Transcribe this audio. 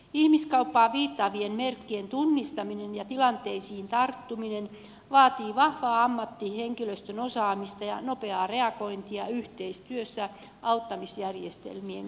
ihmiskauppaan viittaavien merkkien tunnistaminen ja tilanteisiin tarttuminen vaatii vahvaa ammattihenkilöstön osaamista ja nopeaa reagointia yhteistyössä auttamisjärjestelmien kanssa